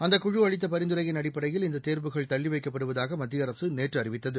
அந்தக் குழு அளித்த பரிந்துரையின் அடிப்படையில் இந்த தேர்வுகள் தள்ளிவைக்கப்படுவதாக மத்திய அரசு நேற்று அறிவித்தது